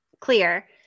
clear